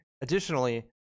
additionally